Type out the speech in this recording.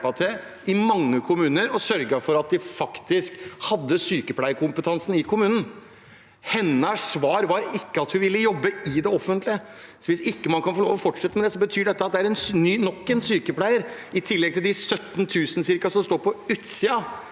i mange kommuner og sørget for at de faktisk hadde sykepleiekompetanse i kommunen. Hennes svar var at hun ikke ville jobbe i det offentlige. Så hvis man ikke kan få lov til å fortsette med det, betyr dette nok en sykepleier mindre, i tillegg til de ca. 17 000 som står på utsiden